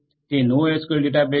તે NoSQL database છે